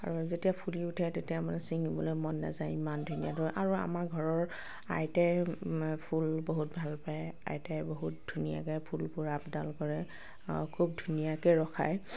আৰু যেতিয়া ফুলি উঠে তেতিয়া মানে ছিঙিবলৈ মন নাযায় ইমান ধুনীয়া আৰু আমাৰ ঘৰৰ আইতাই ফুল বহুত ভাল পায় আইতাই বহুত ধুনীয়াকৈ ফুলবোৰ আপদাল কৰে আৰু খুব ধুনীয়াকৈ ৰখায়